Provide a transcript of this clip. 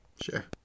Sure